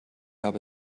habe